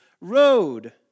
road